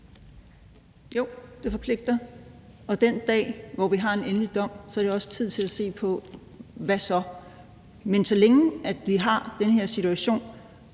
Jo, det forpligter. Og den dag, hvor vi har en endelig dom, er det også tid til at se på: Hvad så? Men så længe vi har den her situation,